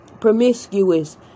promiscuous